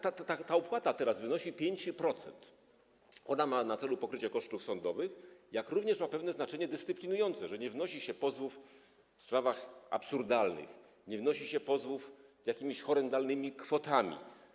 Ta opłata teraz wynosi 5%, ona ma na celu pokrycie kosztów sądowych, ma również pewne znaczenie dyscyplinujące, że nie wnosi się pozwów w sprawach absurdalnych, nie wnosi się pozwów o odszkodowania z jakimiś horrendalnymi kwotami.